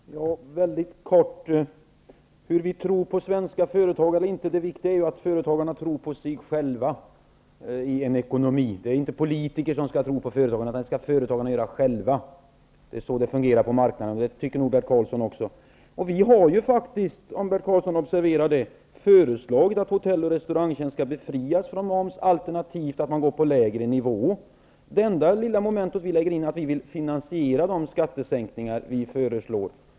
Herr talman! Frågan är inte om vi i Vänsterpartiet tror på svenska företagare eller inte. Det viktiga är att företagarna tror på sig själva i en ekonomi. Det är inte politiker som skall tro på företagarna, utan det skall företagarna göra själva. Så fungerar det på marknaden, och det tycker nog Bert Karlsson också. Vi i Vänsterpartiet har faktiskt, om Bert Karlsson har observerat det, föreslagit att hotell och restaurangtjänster skall befrias från moms, alternativt att det skall vara en lägre nivå. Det enda lilla momentet vi lägger in är att vi vill finansiera de skattesänkningar vi föreslår.